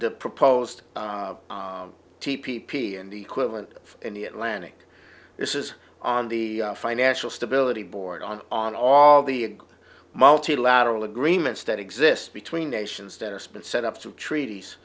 the proposed t p p and the equivalent in the atlantic this is on the financial stability board on on all the multilateral agreements that exist between nations that has been set up to treaties